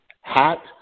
hat